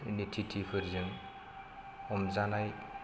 टिटिफोरजों हमजानाय